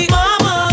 mama